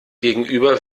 gegenüber